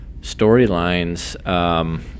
storylines